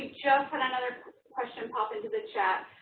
just had another question pop into the chat.